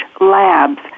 Labs